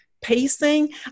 pacing